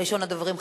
ראשון הדוברים,